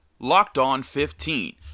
LOCKEDON15